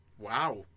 Wow